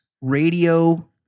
radio